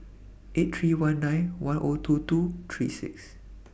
eight three one nine one two two three six